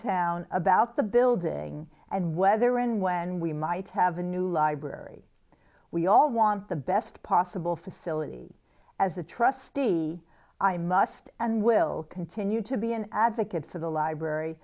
town about the building and whether in when we might have a new library we all want the best possible facility as a trustee i must and will continue to be an advocate for the library